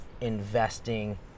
investing